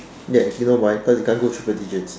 ya you know why cause you can't go triple digits